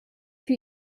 für